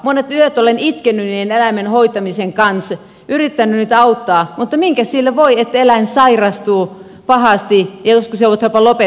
monet yöt olen itkenyt niiden eläinten hoitamisen kanssa yrittänyt niitä auttaa mutta minkä sille voi että eläin sairastuu pahasti ja joskus joudutaan jopa lopettamaan